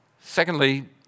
Secondly